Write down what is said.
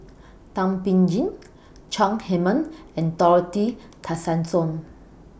Thum Ping Tjin Chong Heman and Dorothy Tessensohn